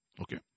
Okay